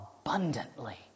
abundantly